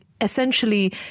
essentially